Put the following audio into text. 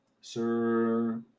Sir